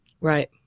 Right